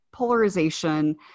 polarization